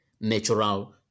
natural